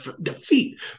defeat